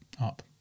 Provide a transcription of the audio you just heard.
up